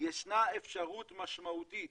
ישנה אפשרות משמעותית